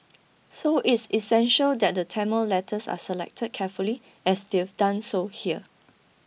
so it's essential that the Tamil letters are selected carefully as they've done so here